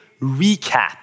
recap